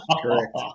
Correct